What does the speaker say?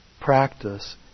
practice